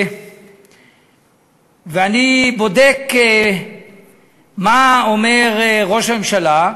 ואני בודק מה אומר ראש הממשלה,